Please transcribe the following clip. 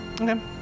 Okay